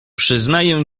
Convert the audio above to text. przyznaję